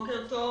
התיירותי.